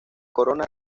corona